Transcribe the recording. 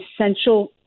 essential